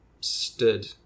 stood